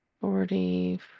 forty